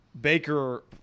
Baker